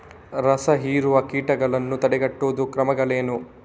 ರಸಹೀರುವ ಕೀಟಗಳನ್ನು ತಡೆಗಟ್ಟುವ ಕ್ರಮಗಳೇನು?